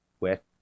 wet